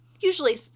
usually